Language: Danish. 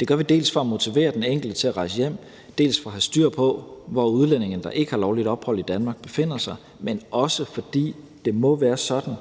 Det gør vi dels for at motivere den enkelte til at rejse hjem, dels for at have styr på, hvor udlændinge, der ikke har lovligt ophold i Danmark, befinder sig, men også, fordi det må være sådan,